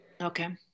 Okay